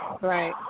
Right